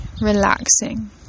relaxing